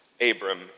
Abram